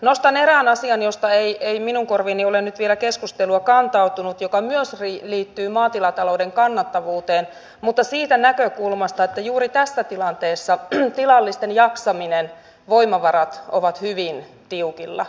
nostan erään asian josta ei minun korviini ole vielä keskustelua kantautunut joka myös liittyy maatilatalouden kannattavuuteen mutta siitä näkökulmasta että juuri tässä tilanteessa tilallisten jaksaminen ja voimavarat ovat hyvin tiukilla